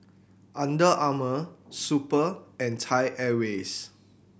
Under Armour Super and Thai Airways